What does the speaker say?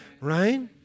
Right